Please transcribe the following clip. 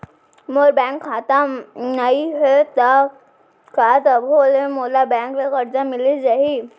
मोर bank म खाता नई हे त का तभो ले मोला बैंक ले करजा मिलिस जाही?